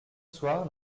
soir